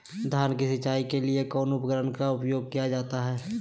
धान की सिंचाई के लिए कौन उपकरण का उपयोग किया जाता है?